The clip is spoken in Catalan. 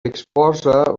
exposa